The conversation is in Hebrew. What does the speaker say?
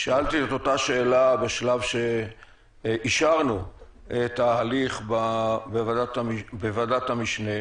שאלתי את אותה השאלה בשלב שאישרנו את ההליך בוועדת המשנה,